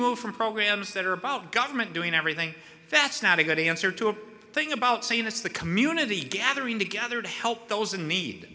move from programs that are about government doing everything that's not a good answer to a thing about saying it's the community gathering together to help those in need